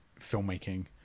filmmaking